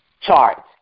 chart